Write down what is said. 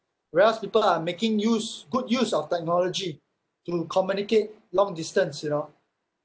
whereas people are making use good use of technology to communicate long distance you know